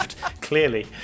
clearly